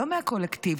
לא מהקולקטיב,